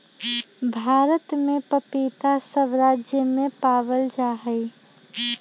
भारत में पपीता सब राज्य में पावल जा हई